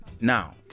Now